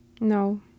No